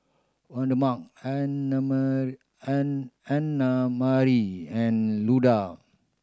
Waldemar Annamarie and Luda